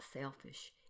selfish